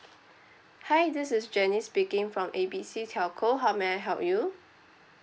hi this is jenny speaking from A B C telco how may I help you